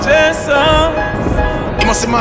Jesus